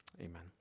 Amen